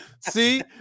See